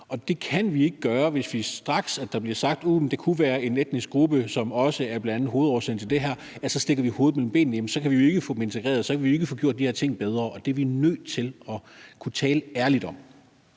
Og det kan vi ikke gøre, hvis vi straks, når der bliver sagt, at det kunne være en etnisk gruppe, som også er blandt hovedårsagerne til det her, stikker hovedet mellem benene. Så kan vi jo ikke få dem integreret, og så kan vi jo ikke få gjort de her ting bedre. Og det er vi nødt til at kunne tale ærligt om.